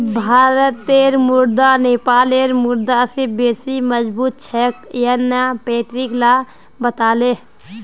भारतेर मुद्रा नेपालेर मुद्रा स बेसी मजबूत छेक यन न पर्यटक ला बताले